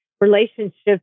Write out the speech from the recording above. relationships